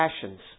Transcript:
passions